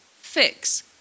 fix